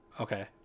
Okay